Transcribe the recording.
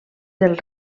del